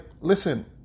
listen